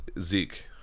Zeke